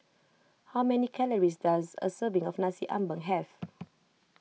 how many calories does a serving of Nasi Ambeng have